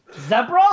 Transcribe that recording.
Zebra